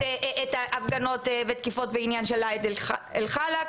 ויש את ההפגנות ותקיפות בעניין איאד אל חלאק.